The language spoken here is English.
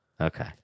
Okay